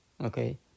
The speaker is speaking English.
Okay